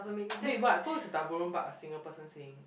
wait what so it's a double room but a single person staying